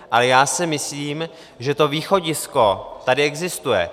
Ale já si myslím, že to východisko tady existuje.